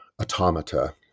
automata